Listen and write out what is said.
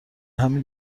همین